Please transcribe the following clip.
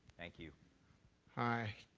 thank you hi.